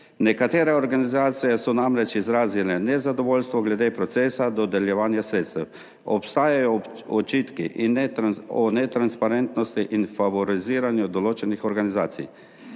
Nekatere organizacije so namreč izrazile nezadovoljstvo glede procesa dodeljevanja sredstev. Obstajajo očitki o netransparentnosti in favoriziranju določenih organizacij.